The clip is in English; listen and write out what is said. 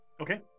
Okay